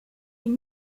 une